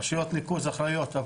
רשויות ניקוז אחראיות.